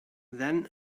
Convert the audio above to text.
then